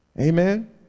Amen